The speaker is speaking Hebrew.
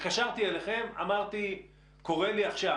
התקשרתי אליכם וביקשתי עזרה,